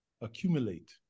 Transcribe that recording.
Accumulate